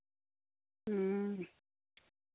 ᱦᱮᱸ